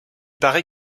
paraît